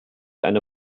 eine